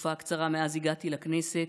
שבתקופה הקצרה מאז שהגעתי לכנסת,